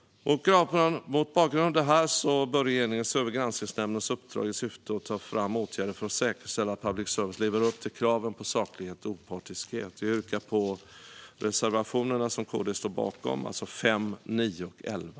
Mot bakgrund av det bör regeringen se över Granskningsnämndens uppdrag i syfte att ta fram åtgärder för att säkerställa att public service lever upp till kraven på saklighet och opartiskhet. Jag yrkar bifall till reservationerna som KD står bakom, det vill säga 5, 9 och 11.